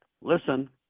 listen